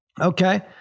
Okay